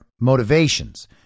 motivations